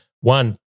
One